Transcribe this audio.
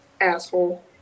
Asshole